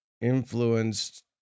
influenced